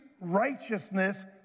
righteousness